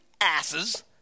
asses